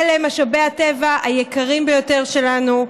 אלה משאבי הטבע היקרים ביותר שלנו,